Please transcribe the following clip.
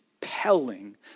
compelling